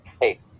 Hey